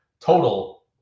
total